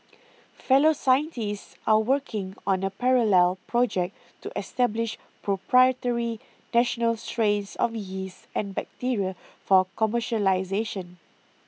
fellow scientists are working on a parallel project to establish proprietary national straits of yeast and bacteria for commercialisation